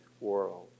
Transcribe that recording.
world